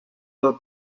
del